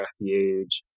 refuge